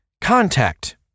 contact